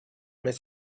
mais